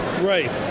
Right